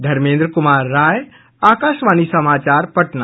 धर्मेन्द्र कुमार राय आकाशवाणी समाचार पटना